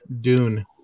Dune